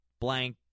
blank